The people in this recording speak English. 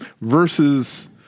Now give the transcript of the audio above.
versus